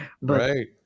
Right